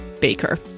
baker